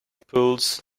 pulls